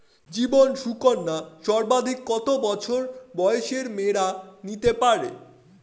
জীবন সুকন্যা সর্বাধিক কত বছর বয়সের মেয়েরা নিতে পারে?